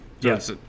yes